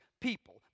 people